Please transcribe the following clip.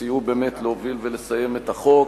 שסייעו באמת להוביל ולסיים את החוק,